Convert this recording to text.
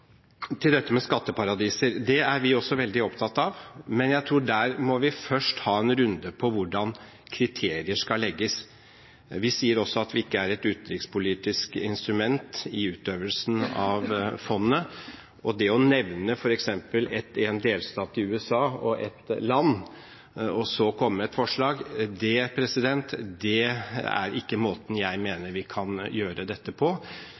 til dette med skatteparadiser. Det er vi også veldig opptatt av, men jeg tror at der må vi først ha en runde på hvordan kriteriene skal legges. Vi sier også at vi ikke er et utenrikspolitisk instrument i utøvelsen av fondet, og det å nevne f.eks. en delstat i USA og et land, og så komme med et forslag, er ikke måten jeg mener vi kan gjøre dette på.